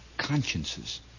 consciences